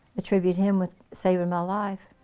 attribute him with saving my life